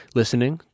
listening